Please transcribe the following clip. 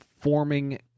forming